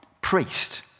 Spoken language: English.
priest